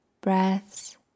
breaths